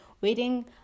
waiting